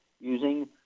using